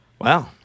Wow